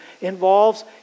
involves